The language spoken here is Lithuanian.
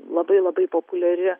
labai labai populiari